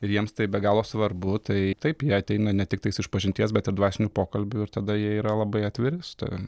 ir jiems tai be galo svarbu tai taip jie ateina ne tik tais išpažinties bet ir dvasinių pokalbių ir tada jie yra labai atviri su tavim